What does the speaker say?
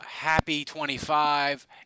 Happy25